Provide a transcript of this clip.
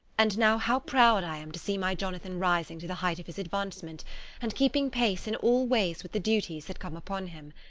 and now how proud i am to see my jonathan rising to the height of his advancement and keeping pace in all ways with the duties that come upon him.